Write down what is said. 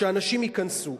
שאנשים ייכנסו.